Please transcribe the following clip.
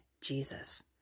Jesus